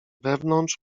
wewnątrz